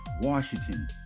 Washington